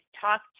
talk